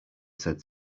said